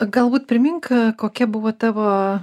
galbūt primink kokia buvo tavo